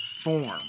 form